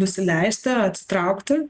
nusileisti atsitraukti